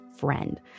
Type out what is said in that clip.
friend